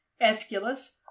aeschylus